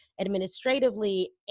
administratively